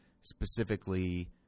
specifically